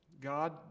God